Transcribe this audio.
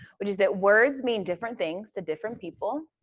which is that words mean different things to different people.